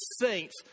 saints